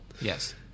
Yes